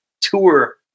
tour